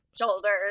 shoulders